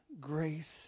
grace